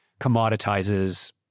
commoditizes